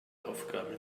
aufgaben